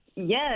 Yes